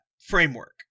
framework